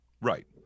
Right